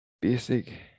basic